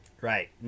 Right